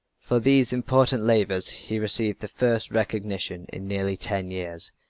for these important labors he received the first recognition in nearly ten years.